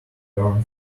learn